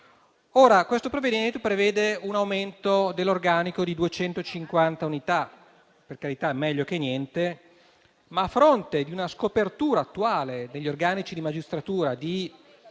Questo provvedimento prevede un aumento dell'organico di 250 unità; per carità, meglio di niente, ma a fronte di una scopertura attuale degli organici della magistratura che